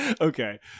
Okay